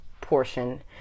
portion